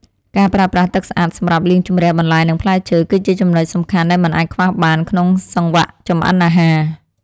ការប្រើប្រាស់ទឹកស្អាតសម្រាប់លាងជម្រះបន្លែនិងផ្លែឈើ គឺជាចំណុចសំខាន់ដែលមិនអាចខ្វះបានក្នុងសង្វាក់ចម្អិនអាហារ។